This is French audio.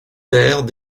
terres